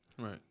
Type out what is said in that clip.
Right